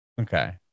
okay